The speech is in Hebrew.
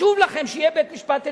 חשוב לכם שיהיה בית-משפט עליון.